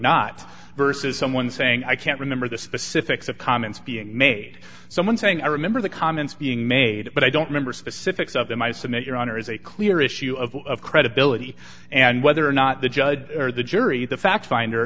not versus someone saying i can't remember the specifics of comments being made someone saying i remember the comments being made but i don't remember specifics of them i submit your honor is a clear issue of credibility and whether or not the judge or the jury the fact finder